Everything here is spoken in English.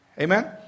Amen